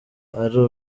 ari